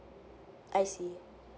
I see